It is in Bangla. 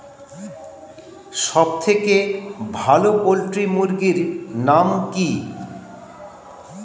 সবথেকে ভালো পোল্ট্রি মুরগির নাম কি?